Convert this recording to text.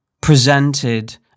presented